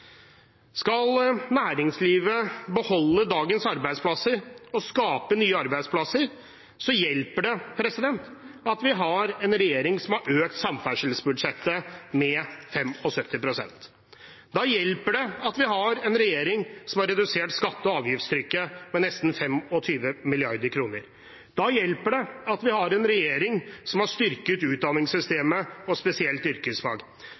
Skal næringslivet beholde dagens arbeidsplasser og skape nye arbeidsplasser, hjelper det at vi har en regjering som har økt samferdselsbudsjettet med 75 pst. Da hjelper det at vi har en regjering som har redusert skatte- og avgiftstrykket med nesten 25 mrd. kr. Da hjelper det at vi har en regjering som har styrket utdanningssystemet – og spesielt yrkesfag.